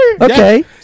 Okay